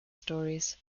stories